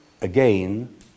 again